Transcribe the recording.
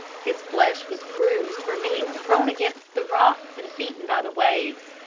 his flesh was bruised from being thrown against the rocks and beaten by the waves.